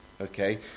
okay